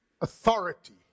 authority